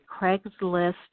Craigslist